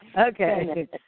Okay